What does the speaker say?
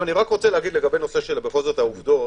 לגבי העובדות,